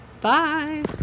Bye